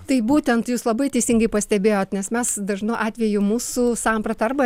taip būtent jūs labai teisingai pastebėjot nes mes dažnu atveju mūsų sampratą arba